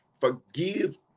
Forgive